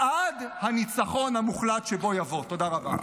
עד הניצחון המוחלט שבוא יבוא, תודה רבה.